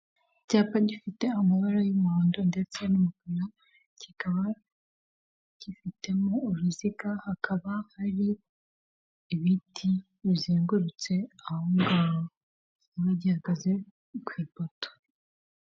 Icyapa gifite amabara y'umuhondo ndetse n'umukara kikaba gifitemo uruziga hakaba hari ibiti bizengurutse aho ngaho kikaba gihagaze ku ipoto.